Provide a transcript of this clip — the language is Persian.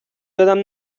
یادم